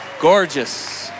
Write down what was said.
Gorgeous